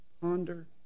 Ponder